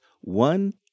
One